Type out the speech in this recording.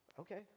Okay